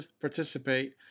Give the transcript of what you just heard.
participate